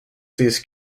these